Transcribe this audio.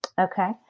Okay